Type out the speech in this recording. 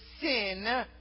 sin